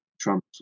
Trump